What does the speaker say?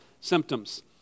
symptoms